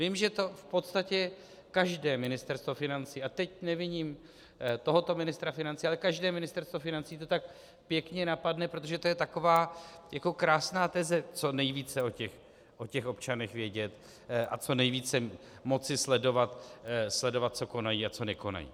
Vím, že to v podstatě každé ministerstvo financí a teď neviním tohoto ministra financí, ale každé ministerstvo financí to tak pěkně napadne, protože to je taková krásná teze co nejvíce o občanech vědět a co nejvíce moci sledovat, co konají a co nekonají.